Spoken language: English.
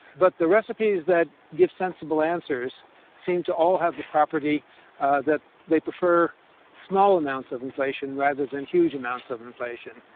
but the recipes that give sensible answers seem to all have the property that they prefer small amounts of inflation rather than huge amounts of inflation,